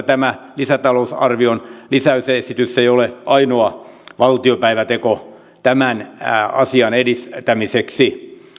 tämä lisätalousarvion lisäysesitys ei ole ainoa valtiopäiväteko tämän asian edistämiseksi